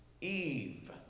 Eve